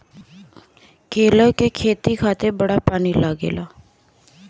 केरा के खेती खातिर बड़ा पानी लागेला